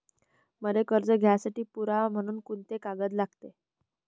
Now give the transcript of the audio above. मले कर्ज घ्यासाठी पुरावा म्हनून कुंते कागद लागते?